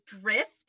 Drift